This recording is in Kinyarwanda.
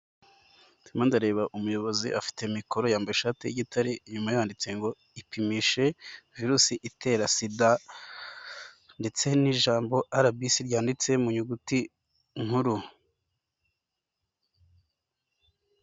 Ndimo ndareba umuyobozi afite mikoro, yambaye ishati y'igitare, inyuma ye handitse ngo ipimishe virusi itera sida ndetse n'ijambo RBC ryanditse mu nyuguti nkuru.